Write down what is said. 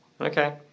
okay